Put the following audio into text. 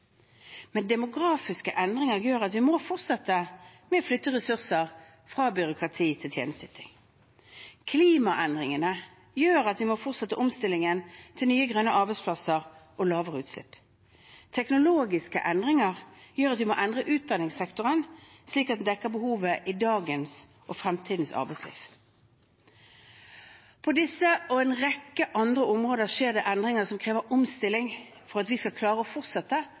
men demografiske endringer gjør at vi må fortsette med å flytte ressurser fra byråkrati til tjenesteyting. Klimaendringene gjør at vi må fortsette omstillingen til nye, grønne arbeidsplasser og lavere utslipp. Teknologiske endringer gjør at vi må endre utdanningssektoren slik at den dekker behovet i dagens og fremtidens arbeidsliv. På disse og en rekke andre områder skjer det endringer som krever omstilling for at vi skal klare å fortsette